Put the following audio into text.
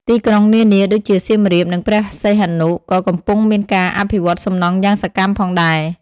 ទីក្រុងនានាដូចជាសៀមរាប និងព្រះសីហនុក៏កំពុងមានការអភិវឌ្ឍសំណង់យ៉ាងសកម្មផងដែរ។